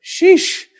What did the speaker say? sheesh